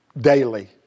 daily